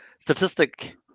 statistic